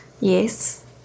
Yes